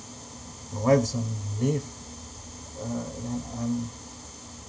my wife's on leave uh and I'm